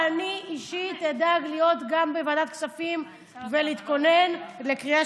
אני אישית אדאג להיות גם בוועדת הכספים ולהתכונן לקריאה